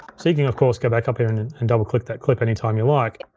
so you can of course, go back up here and and and double click that clip anytime you like.